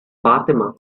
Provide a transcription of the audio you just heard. fatima